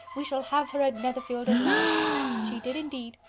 we shall have her at netherfield at last she did indeed.